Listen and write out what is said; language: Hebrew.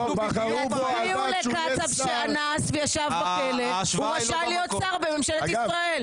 הוא אנס וישב בכלא אבל הוא רשאי להיות שר בממשלת ישראל.